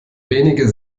wenige